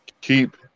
keep